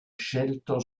scelto